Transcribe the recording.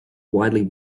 widely